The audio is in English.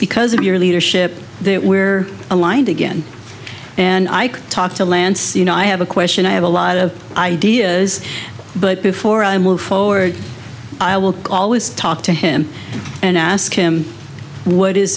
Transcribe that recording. because of your leadership that we're aligned again and i could talk to lance you know i have a question i have a lot of ideas but before i move forward i will always talk to him and ask him what is